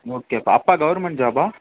ஓகேப்பா அப்பா கவுர்மெண்ட் ஜாபா